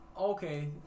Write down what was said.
Okay